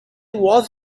was